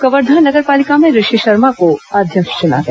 कवर्धा नगर पालिका में ऋषि शर्मा को अध्यक्ष चुना गया